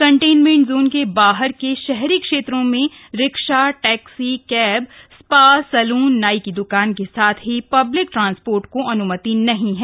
containment zone के बाहर के शहरी क्षेत्रों में rickshaw taxi cab spa salon नाई की द्वकान के साथ ही पब्लिक ट्रांसपोर्ट को अनुमति नहीं है